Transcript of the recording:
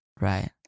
right